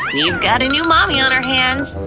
we've got a new mommy on our hands!